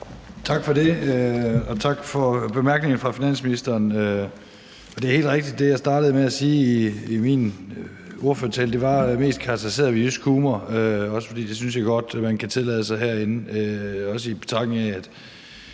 Tak for det, og tak til finansministeren for bemærkningerne. Det er helt rigtigt, hvad jeg startede med at sige i min ordførertale. Det var bedst karakteriseret ved jysk humor, for det synes jeg godt man kan tillade sig herinde – også i betragtning af at